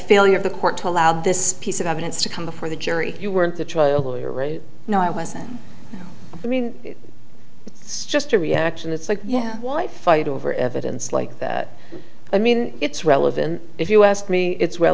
failure of the court to allow this piece of evidence to come before the jury you weren't the trial lawyer no i wasn't i mean it's just a reaction it's like yeah wife fight over evidence like that i mean it's relevant if you ask me it's